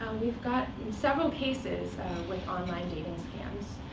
we've gotten several cases with online dating scams,